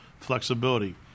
flexibility